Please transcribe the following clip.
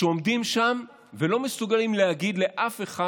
עומדים שם ולא מסוגלים להגיד לאף אחד